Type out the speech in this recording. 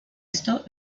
esto